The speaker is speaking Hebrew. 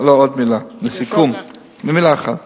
וקנין, לא, עוד מלה לסיכום, מלה אחת.